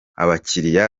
abakiliya